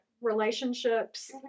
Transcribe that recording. relationships